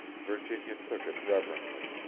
virginia took it reverently.